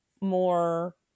more